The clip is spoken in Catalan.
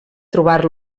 trobar